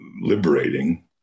liberating